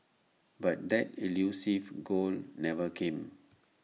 but that elusive goal never came